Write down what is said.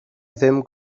ddim